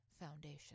Foundation